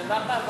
זה עבר בהעברות